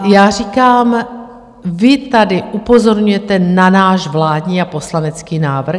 Já říkám, vy tady upozorňujete na náš vládní a poslanecký návrh.